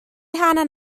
hanner